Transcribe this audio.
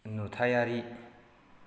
नुथायारि